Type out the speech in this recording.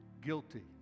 guilty